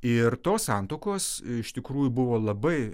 ir tos santuokos iš tikrųjų buvo labai